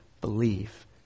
believe